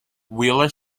wheeler